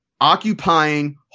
occupying